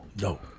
No